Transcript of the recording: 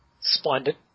Splendid